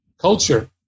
culture